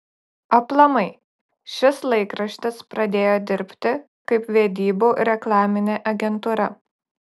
aplamai šis laikraštis pradėjo dirbti kaip vedybų reklaminė agentūra